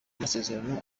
masezerano